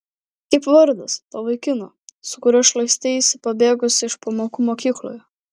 kaip vardas to vaikino su kuriuo šlaisteisi pabėgusi iš pamokų mokykloje